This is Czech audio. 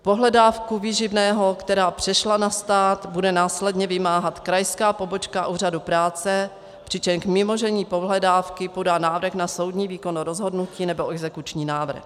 Pohledávku výživného, která přešla na stát, bude následně vymáhat krajská pobočka úřadu práce, přičemž k vymožení pohledávky podá návrh na soudní výkon rozhodnutí nebo exekuční návrh.